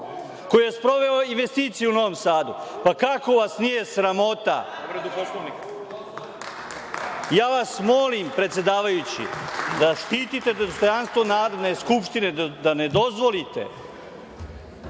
koji je sproveo investicije u Novom Sadu. Kako vas nije sramota? Ja vas molim, predsedavajući, zaštitite dostojanstvo Narodne skupštine, da ne dozvolite